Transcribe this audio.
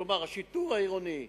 כלומר, השיטור העירוני,